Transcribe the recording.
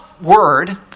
word